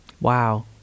Wow